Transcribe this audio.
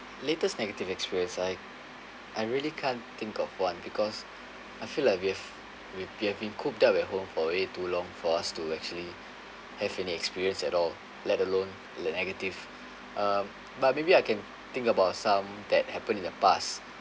latest negative experience I I really can't think of one because I feel like we have we been having cooped up at home for way too long for us to actually have any experience at all let alone the negative um but maybe I can think about some that happened in the past